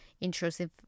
intrusive